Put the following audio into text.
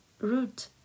root